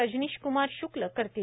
रजनीश क्मार श्क्ल करतील